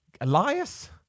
Elias